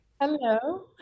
Hello